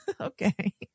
okay